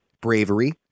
bravery